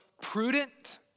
prudent